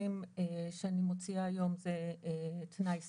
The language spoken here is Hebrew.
במכרזים שאני מוציאה היום זה תנאי סף.